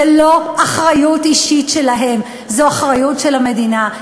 זו לא אחריות אישית שלהם, זו אחריות של המדינה.